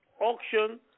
auction